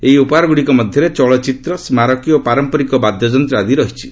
ଏହି ଉପହାରଗୁଡ଼ିକ ମଧ୍ୟରେ ତେଳଚିତ୍ର ସ୍କାରକୀ ଓ ପାରମ୍ପରିକ ବାଦ୍ୟଯନ୍ତ୍ର ଆଦି ରହିଛି